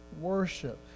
worship